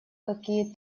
какие